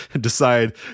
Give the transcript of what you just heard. decide